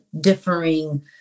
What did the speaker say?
differing